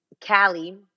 Cali